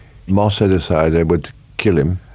mossad decided they would kill him.